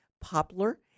poplar